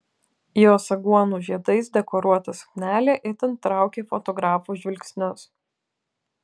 jos aguonų žiedais dekoruota suknelė itin traukė fotografų žvilgsnius